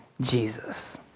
Jesus